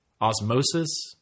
Osmosis